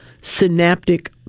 synaptic